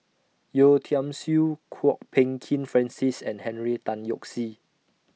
Yeo Tiam Siew Kwok Peng Kin Francis and Henry Tan Yoke See